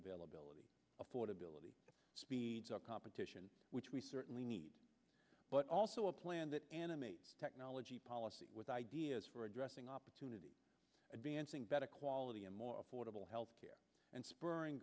availability of portability speeds of competition which we certainly need but also a plan that animates technology policy with ideas for addressing opportunity advancing better quality and more affordable health care and spurring